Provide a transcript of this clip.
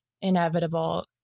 inevitable